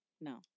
No